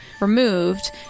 removed